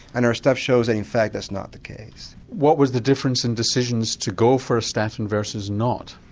and our study shows that and in fact that's not the case. what was the difference in decisions to go for a statin versus not?